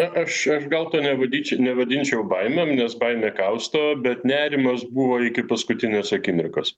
na aš aš gal to nevadinčiau nevadinčiau baime nes baimė kausto bet nerimas buvo iki paskutinės akimirkos